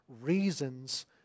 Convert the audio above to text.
reasons